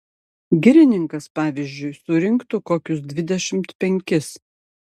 girininkas pavyzdžiui surinktų kokius dvidešimt penkis